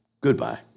goodbye